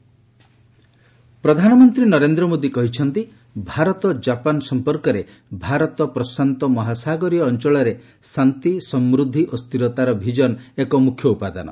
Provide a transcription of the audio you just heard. PM କାପାନ୍ ପ୍ରଧାନମନ୍ତ୍ରୀ ନରେନ୍ଦ୍ର ମୋଦୀ କହିଛନ୍ତି ଭାରତ ଜାପାନ୍ ସମ୍ପର୍କରେ ଭାରତ ପ୍ରଶାନ୍ତ ମହାସାଗରୀୟ ଅଞ୍ଚଳରେ ଶାନ୍ତି ସମୃଦ୍ଧି ଓ ସ୍ଥିରତାର ଭିଜନ ଏକ ମୁଖ୍ୟ ଉପାଦାନ